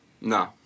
No